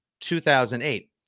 2008